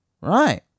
Right